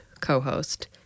co-host